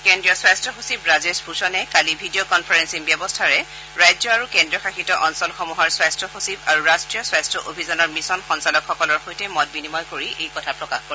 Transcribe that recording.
কেন্দ্ৰীয় স্বাস্থ্য সচিব ৰাজেশ ভূষণে কালি ভিডিঅ' কনফাৰেলিং ব্যৱস্থাৰে ৰাজ্য আৰু কেন্দ্ৰীয় শাসিত অঞ্চলসমূহৰ স্বাস্থ্য সচিব আৰু ৰাষ্টীয় স্বাস্থ্য অভিযানৰ মিচন সঞ্চালকসকলৰ সৈতে মত বিনিময় কৰি এইদৰে প্ৰকাশ কৰে